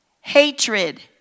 Hatred